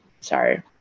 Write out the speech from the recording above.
Sorry